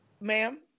Ma'am